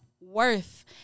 worth